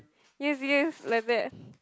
yes yes like that